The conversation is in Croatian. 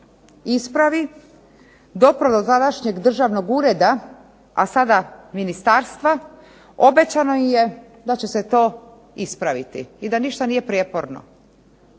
ispravi doprlo do našeg Državnog ureda, a sada ministarstva, obećano im je da će se to ispraviti i da ništa nije prijeporno.